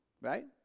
Right